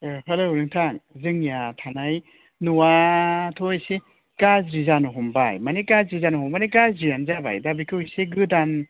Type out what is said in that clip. ओह हेल' नोंथां जोंनिया थानाय न'आथ' एसे गाज्रि जानो हमबाय माने गाज्रियानो जाबाय दा बेखौ एसे गोदान